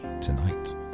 tonight